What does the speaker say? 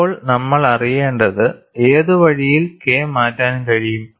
ഇപ്പോൾ നമ്മൾ അറിയേണ്ടത് ഏതു വഴിയിൽ K മാറ്റാൻ കഴിയും